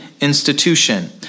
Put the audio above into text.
institution